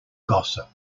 gossip